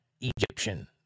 Egyptian